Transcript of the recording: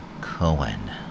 Cohen